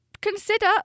consider